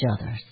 others